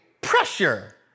pressure